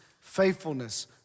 faithfulness